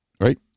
Right